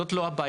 זאת לא הבעיה.